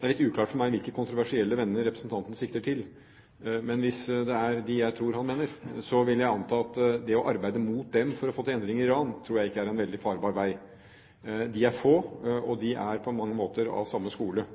Det er litt uklart for meg hvilke kontroversielle venner representanten sikter til, men hvis det er de jeg tror han mener, så vil jeg anta at det å arbeide inn mot dem for å få til endringer i Iran, tror jeg ikke er en veldig farbar vei. De er få, og de er på mange måter av samme skole,